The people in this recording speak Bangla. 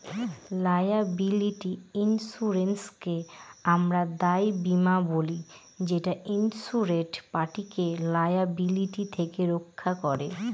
লায়াবিলিটি ইন্সুরেন্সকে আমরা দায় বীমা বলি যেটা ইন্সুরেড পার্টিকে লায়াবিলিটি থেকে রক্ষা করে